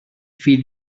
fill